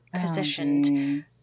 positioned